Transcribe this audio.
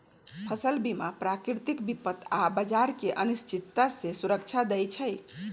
फसल बीमा प्राकृतिक विपत आऽ बाजार के अनिश्चितता से सुरक्षा देँइ छइ